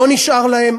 לא נשאר להם,